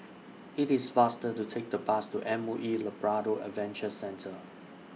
IT IS faster to Take The Bus to M O E Labrador Adventure Centre